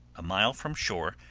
a mile from shore,